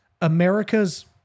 America's